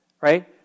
right